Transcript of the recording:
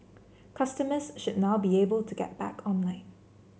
customers should now be able to get back online